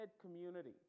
community